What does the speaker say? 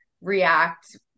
react